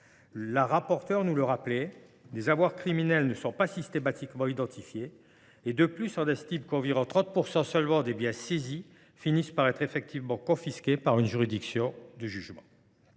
la rapporteure nous le rappelait : les avoirs criminels ne sont pas systématiquement identifiés. De plus, environ 30 % seulement des biens saisis finissent par être effectivement confisqués par une juridiction de jugement.